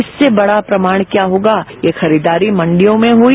इससे बड़ा प्रमाण क्या होगा ये खरीददारी मंडियों में हुई